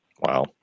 Wow